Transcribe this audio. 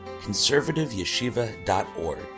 conservativeyeshiva.org